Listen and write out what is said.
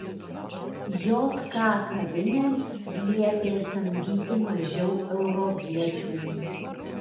jk kavinėms liepė samdyti mažiau europiečių